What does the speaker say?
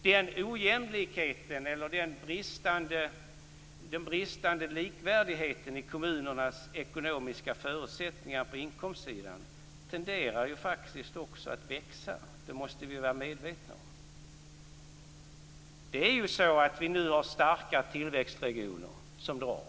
Den ojämlikheten eller den bristande likvärdigheten i kommunernas ekonomiska förutsättningar på inkomstsidan tenderar faktiskt också att växa. Det måste vi vara medvetna om. Vi har nu starka tillväxtregioner som drar.